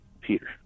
Peter